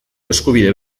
eskubide